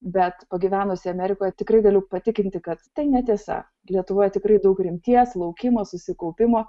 bet pagyvenusi amerikoj tikrai galiu patikinti kad tai netiesa lietuvoje tikrai daug rimties laukimo susikaupimo